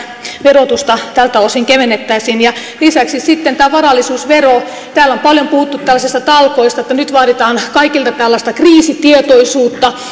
verotusta tältä osin kevennettäisiin lisäksi sitten tämä varallisuusvero täällä on paljon puhuttu tällaisista talkoista että nyt vaaditaan kaikilta tällaista kriisitietoisuutta ja